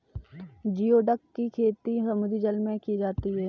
geoduck की खेती समुद्री जल में की जाती है